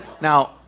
Now